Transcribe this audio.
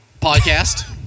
podcast